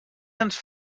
ens